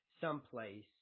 someplace